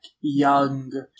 young